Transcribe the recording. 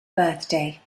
birthday